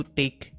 take